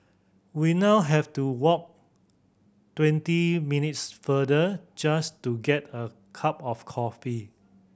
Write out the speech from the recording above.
we now have to walk twenty minutes further just to get a cup of coffee